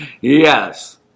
Yes